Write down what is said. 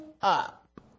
up